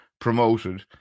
promoted